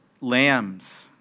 lambs